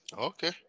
Okay